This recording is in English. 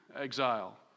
exile